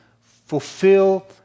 fulfill